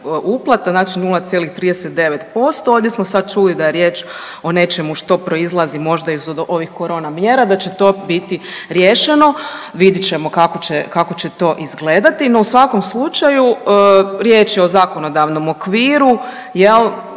uplata, znači 0,39%, ovdje smo sad čuli da je riječ o nečemu što proizlazi možda iz ovih korona mjera, da će to biti riješeno. Vidjet ćemo kako će to izgledati, no u svakom slučaju, riječ je o zakonodavnom okviru koji